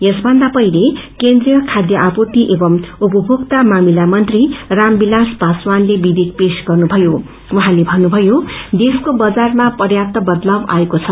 यसभन्दा पहिले केन्द्रिय खाध्य आपूर्ति एवं उपभोक्ता मामिला मंत्री रामविलास पासवानले विवेयक पेश्न गन्नुथयो साथै भन्नुभयो देशको बजारामा प्यात्त बदलाव आएको छ